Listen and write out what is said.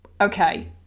Okay